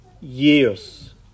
years